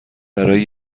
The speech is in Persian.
برای